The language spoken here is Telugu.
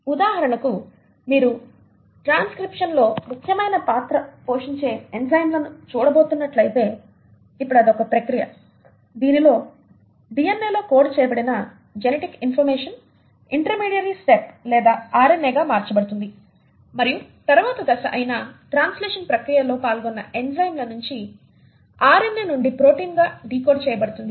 ఉదాహరణకు మీరు ట్రాన్స్క్రిప్షన్లో ముఖ్యమైన పాత్ర పోషించే ఎంజైమ్లను చూడబోతున్నట్లయితే ఇప్పుడు ఇది ఒక ప్రక్రియ దీనిలో DNA లో కోడ్ చేయబడిన జెనెటిక్ ఇన్ఫర్మేషన్ ఇంటర్మీడియరీ స్టెప్ లేదా RNA గా మార్చబడుతుంది మరియు తర్వాత దశ అయిన ట్రాన్స్లేషన్ ప్రక్రియ లో పాల్గొన్న ఎంజైమ్ల నించి RNA నుండి ప్రోటీన్గా డీకోడ్ చేయబడుతుంది